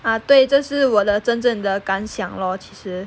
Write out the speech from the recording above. ah 对这是我的真正的感想 lor 其实